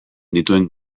dituen